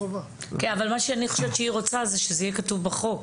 מה שאני חושבת שהיא רוצה זה שזה יהיה כתוב בחוק.